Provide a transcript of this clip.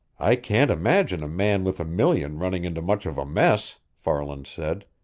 i can't imagine a man with a million running into much of a mess, farland said.